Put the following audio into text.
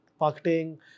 marketing